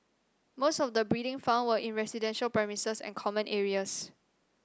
most of the breeding found were in residential premises and common areas